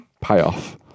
payoff